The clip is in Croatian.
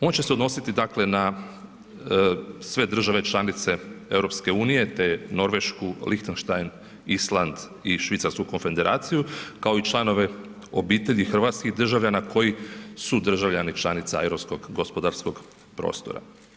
On će se odnositi, dakle, na sve države članice EU, te Norvešku, Lichtenstein, Island i Švicarsku konfederaciju, kao i članove obitelji hrvatskih državljana koji su državljani članica europskog-gospodarskog prostora.